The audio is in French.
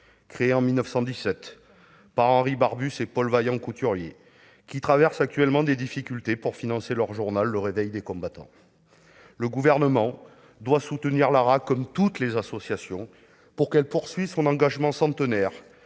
créée en 1917 par Henri Barbusse et Paul Vaillant-Couturier, qui traverse actuellement des difficultés pour financer son journal. Le Gouvernement doit soutenir l'ARAC, comme toutes les associations, pour qu'elle poursuive son engagement centenaire